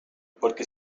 porque